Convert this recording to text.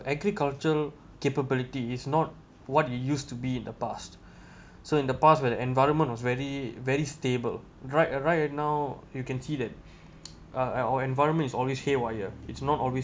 agriculture capability is not what you used to be in the past so in the past when environment was very very stable right right now you can see that uh our environment is always haywire it's not always